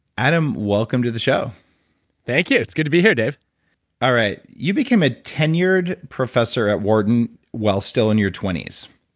adam, welcome to the show thank you. it's good to be here, dave all right. you became a tenured professor at wharton while still in your twenty s